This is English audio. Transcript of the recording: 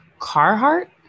Carhartt